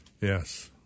Yes